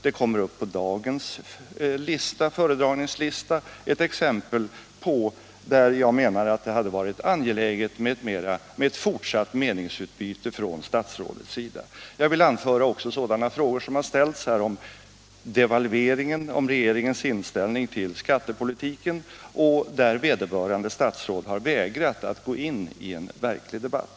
Det kommer på dagens föredragningslista upp ett sådant exempel, där jag menar att det hade varit angeläget med en fortsättning på debatten från statsrådets sida. Jag vill också anföra sådana frågor som har ställts — om devalveringen, om regeringens inställning i skattepolitiken — där vederbörande statsråd har vägrat att gå in in en verklig debatt.